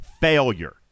failure